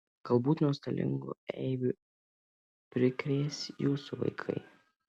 galbūt nuostolingų eibių prikrės jūsų vaikai